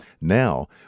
Now